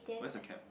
where's the cap